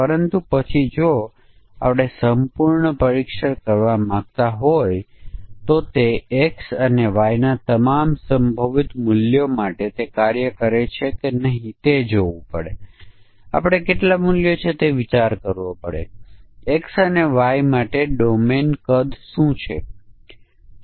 એ જ રીતે URL પર સંગ્રહિત ઇમેજ JPEG ઇમેજ છે અથવા PNG અથવા ટેક્સ્ટ પ્રકારની છે તેના પર આધાર રાખીને આપણે સમાન ઇનપુટ મૂલ્ય માટે સમાનતા વર્ગનો બીજો સેટ નિર્ધારિત કરી શકીએ છીએ